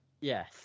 Yes